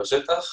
בשטח.